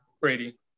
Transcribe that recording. Brady